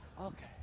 Okay